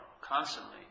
constantly